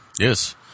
Yes